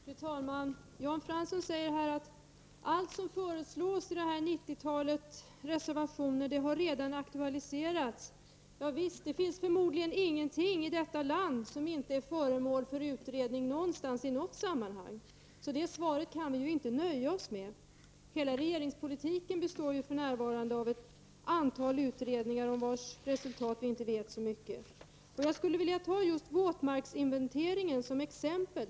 Fru talman! Jan Fransson säger att allt som föreslås i detta 90-tal reservationer har redan aktualiserats. Ja visst, det finns förmodligen ingenting i detta land som inte är föremål för utredning någonstans i något sammanhang — så det svaret kan vi inte nöja oss med. Hela regeringspolitiken består ju för närvarande av ett antal utredningar, om vilkas resultat vi inte vet så mycket. Jag vill ta våtmarksinventeringen som exempel.